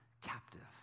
captive